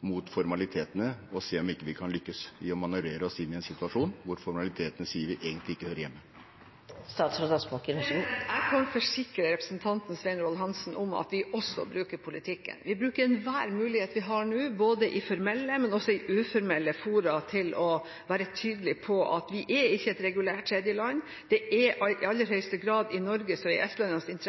mot formalitetene og se om vi ikke kan lykkes i å manøvrere oss inn i en situasjon hvor formalitetene sier vi egentlig ikke hører hjemme. Jeg kan forsikre representanten Svein Roald Hansen om at vi også bruker politikken. Vi bruker enhver mulighet vi har nå både i formelle og i uformelle fora til å være tydelige på at vi ikke er et regulært tredjeland. Det er i aller høyeste grad i Norges og